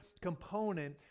component